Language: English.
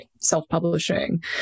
self-publishing